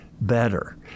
better